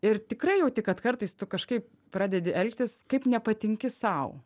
ir tikrai jauti kad kartais tu kažkaip pradedi elgtis kaip nepatinki sau